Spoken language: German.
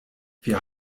wir